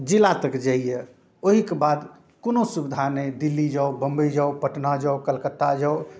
जिला तक जाइए ओहिके बाद कोनो सुविधा नहि दिल्ली जाउ बम्बइ जाउ पटना जाउ कलकत्ता जाउ